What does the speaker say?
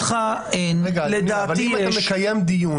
אבל אם אתה מקיים דיון,